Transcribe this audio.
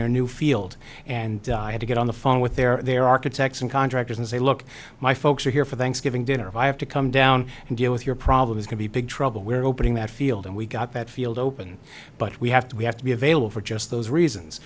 their new field and i had to get on the phone with their architects and contractors and say look my folks are here for the giving dinner if i have to come down and deal with your problems could be big trouble we're opening that field and we got that field open but we have to we have to be available for just those reasons